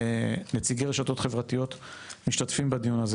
נציגי רשתות חברתיות משתתפים בדיון הזה